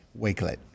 Wakelet